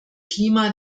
klima